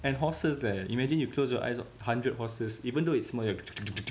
and horses eh imagine you close your eyes a hundred horses even though it's more